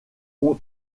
ont